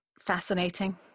Fascinating